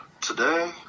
Today